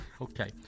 Okay